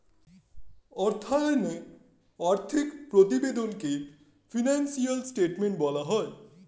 অর্থায়নে আর্থিক প্রতিবেদনকে ফিনান্সিয়াল স্টেটমেন্ট বলা হয়